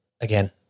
again